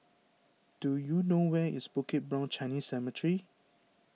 do you know where is Bukit Brown Chinese Cemetery